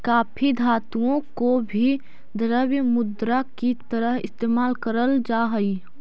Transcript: काफी धातुओं को भी द्रव्य मुद्रा की तरह इस्तेमाल करल जा हई